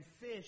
fish